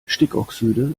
stickoxide